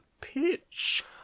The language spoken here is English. pitch